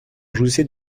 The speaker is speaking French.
jouissait